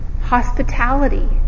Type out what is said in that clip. hospitality